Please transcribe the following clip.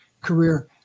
career